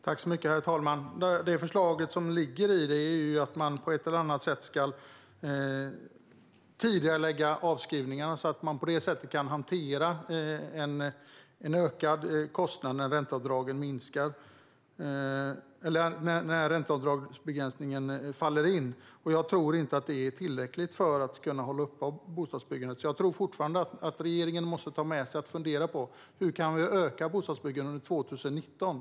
Herr talman! Det förslag som ligger innebär att man på ett eller annat sätt ska tidigarelägga avskrivningarna, så att man på det sättet kan hantera en ökad kostnad när ränteavdragsbegränsningen införs. Jag tror inte att det är tillräckligt för att hålla uppe bostadsbyggandet, så jag tror fortfarande att regeringen måste ta med sig och fundera på frågan hur vi kan öka bostadsbyggandet under 2019.